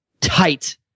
tight